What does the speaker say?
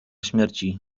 śmierci